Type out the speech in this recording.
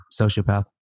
sociopath